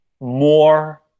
more